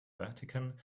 vatican